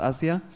Asia